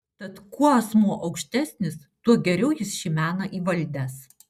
tad kuo asmuo aukštesnis tuo geriau jis šį meną įvaldęs